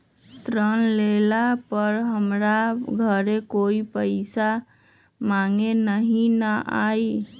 ऋण लेला पर हमरा घरे कोई पैसा मांगे नहीं न आई?